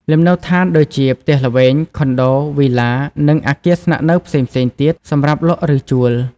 លំនៅឋាន ដូចជា ផ្ទះល្វែង ខុនដូ វីឡា និងអគារស្នាក់នៅផ្សេងៗទៀត សម្រាប់លក់ ឬជួល។